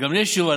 גם לי אין תשובה.